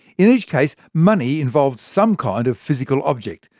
in each case, money involved some kind of physical object.